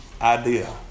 idea